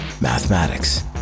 mathematics